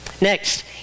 Next